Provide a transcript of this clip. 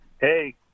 Hey